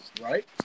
Right